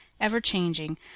ever-changing